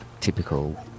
typical